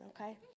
okay